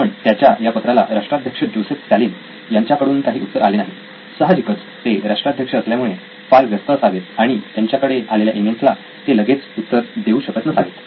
पण त्याच्या या पत्राला राष्ट्राध्यक्ष जोसेफ स्टॅलिन यांच्या कडून काही उत्तर आले नाही सहाजिकच ते राष्ट्राध्यक्ष असल्यामुळे फार व्यस्त असावेत आणि त्यांच्याकडे आलेल्या ई मेल्स ला ते लगेच उत्तर देऊ शकत नसावेत